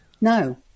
No